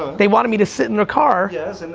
they wanna me to sit in their car yes, and